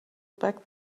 back